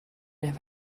have